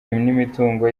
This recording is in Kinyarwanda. n’imitungo